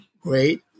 great